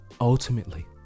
ultimately